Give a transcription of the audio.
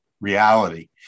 reality